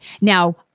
Now